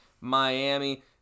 Miami